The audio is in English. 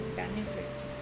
benefits